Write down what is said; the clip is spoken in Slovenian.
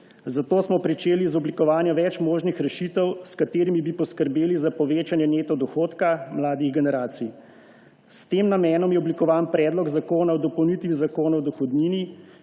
zato smo začeli z oblikovanjem več možnih rešitev s katerimi bi poskrbeli za povečanje neto dohodka mladih generacij. S tem namenom je oblikovan Predlog zakona o dopolnitvi Zakona o dohodnini,